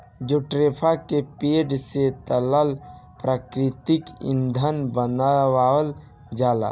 jatropha के पेड़े से तरल प्राकृतिक ईंधन बनावल जाला